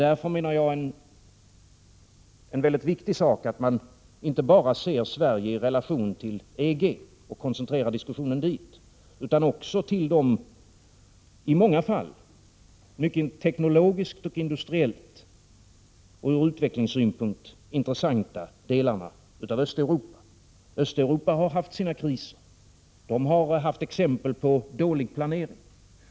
Därför menar jag att det är väldigt viktigt att man inte bara ser Sverige i relation till EG och bara koncentrerar diskussionen dit utan att man också beaktar de i många fall teknologiskt, industriellt och ur utvecklingssynpunkt mycket intressanta delarna av Östeuropa. Östeuropa har haft sina kriser. Man har visat exempel på dålig planering.